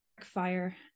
fire